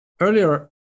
Earlier